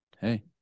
Hey